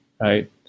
right